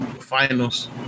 Finals